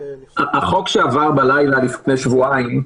החוק שעבר בלילה לפני שבועיים,